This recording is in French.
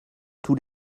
tous